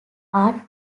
art